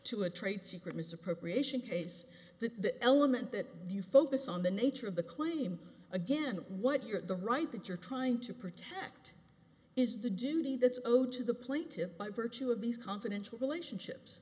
to a trade secret misappropriation case the element that you focus on the nature of the claim again what you're the right that you're trying to protect is the duty that's owed to the plaintiffs by virtue of these confidential relationships